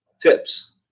tips